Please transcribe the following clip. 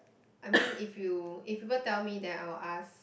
I mean if you if people tell me then I will ask